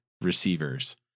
receivers